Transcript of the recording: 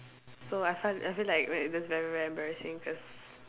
so I fi~ I feel like that that's very very embarrassing cause